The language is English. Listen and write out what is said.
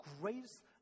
greatest